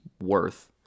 worth